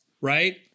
right